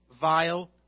vile